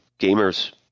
gamers